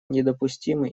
недопустимы